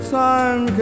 time